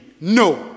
no